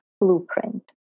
blueprint